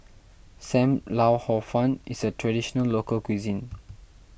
Sam Lau Hor Fun is a Traditional Local Cuisine